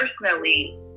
personally